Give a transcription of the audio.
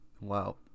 Wow